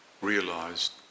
realised